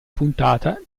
puntata